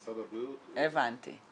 משרד הבריאות -- הבנתי.